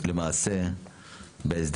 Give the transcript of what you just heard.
לא צפויה בעיית